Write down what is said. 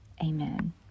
amen